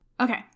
Okay